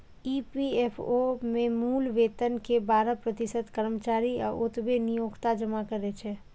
EPFO मे मूल वेतन के बारह प्रतिशत कर्मचारी आ ओतबे नियोक्ता जमा करै छै